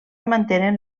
mantenen